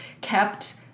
kept